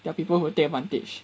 there are people who take advantage